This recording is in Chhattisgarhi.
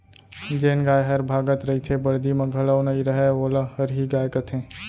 जेन गाय हर भागत रइथे, बरदी म घलौ नइ रहय वोला हरही गाय कथें